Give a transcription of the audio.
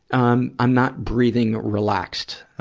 um i'm not breathing relaxed.